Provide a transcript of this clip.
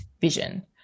vision